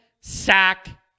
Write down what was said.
sack